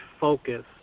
focus